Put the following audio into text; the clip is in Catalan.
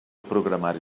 programari